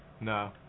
no